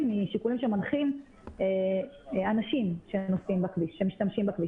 מהשיקולים שמנחים אנשים שמשתמשים בכביש,